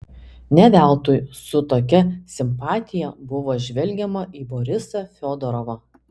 ne veltui su tokia simpatija buvo žvelgiama į borisą fiodorovą